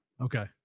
Okay